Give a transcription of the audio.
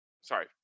sorry